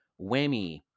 whammy